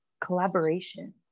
collaboration